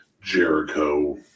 Jericho